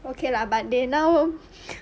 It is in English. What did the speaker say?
okay lah but they now